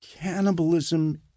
Cannibalism